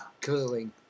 Curling